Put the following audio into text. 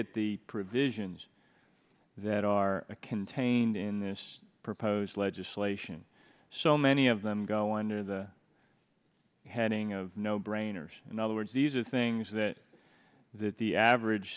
at the provisions that are contained in this proposed legislation so many of them go under the heading of no brainers in other words these are things that the average